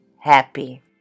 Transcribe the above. happy